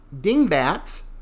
dingbats